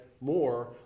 more